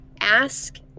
ask